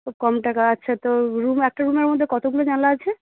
খুব কম টাকা আচ্ছা তো রুম একটা রুমের মধ্যে কতগুলো জানলা আছে